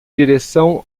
direção